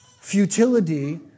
Futility